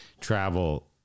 travel